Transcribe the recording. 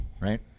right